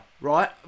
right